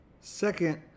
Second